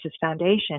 Foundation